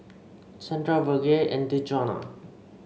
Santa Virge and Djuana